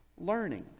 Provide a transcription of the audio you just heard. learning